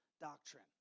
doctrine